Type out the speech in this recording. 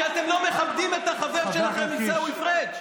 ואתם לא מכבדים את החבר שלכם עיסאווי פריג'?